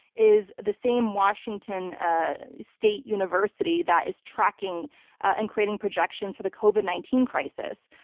is the same washington ah state university that is tracking and creating projections for the covid nineteen crisis.